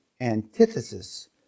antithesis